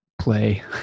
play